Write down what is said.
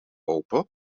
open